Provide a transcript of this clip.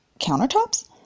countertops